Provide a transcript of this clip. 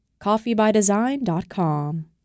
Coffeebydesign.com